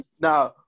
now